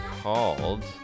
called